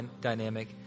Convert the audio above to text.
dynamic